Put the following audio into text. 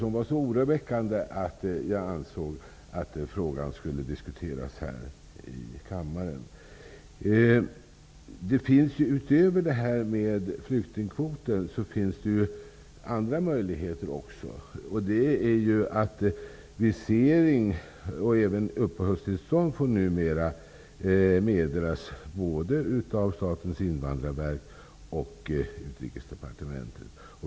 Han lämnade så oroväckande uppgifter att jag ansåg att frågan borde diskuteras här i kammaren. Utöver flyktingkvoten finns det ju andra möjligheter. Visering och även uppehållstillstånd får numera meddelas både av Statens invandrarverk och av Utrikesdepartementet.